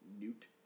Newt